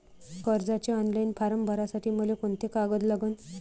कर्जाचे online form भरासाठी मले कोंते कागद लागन?